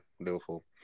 Liverpool